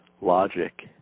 logic